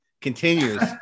continues